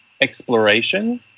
exploration